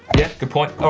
yeah, good point.